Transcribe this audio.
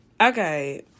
Okay